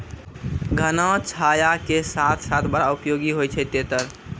घना छाया के साथ साथ बड़ा उपयोगी होय छै तेतर